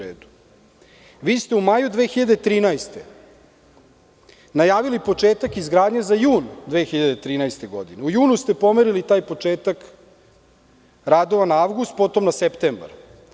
Vi ste u maju 2013. godine najavili početak izgradnje za jun 2013. godine, a u junu ste pomerili taj početak radova na avgust, potom na septembar.